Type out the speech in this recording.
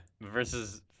Versus